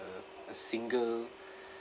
uh a single